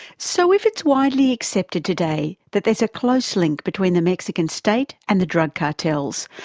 so if it's widely accepted today that there is a close link between the mexican state and the drug cartels,